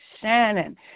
Shannon